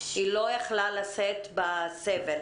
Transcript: היא לא יכלה לשאת בסבל.